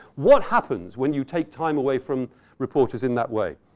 what happens when you take time away from reporters in that way?